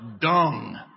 Dung